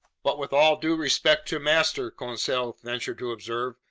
but with all due respect to master, conseil ventured to observe,